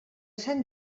sant